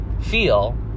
feel